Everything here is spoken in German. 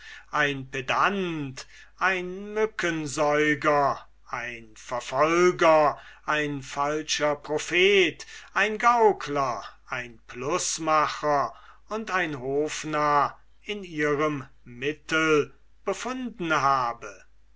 kein pedant kein mückensäuger kein verfolger kein falscher prophet kein heuchler kein gaukler kein plusmacher und kein hofnarr in ihrem mittel befunden habe